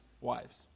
wives